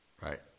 Right